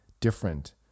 different